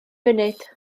munud